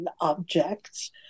objects